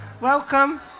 Welcome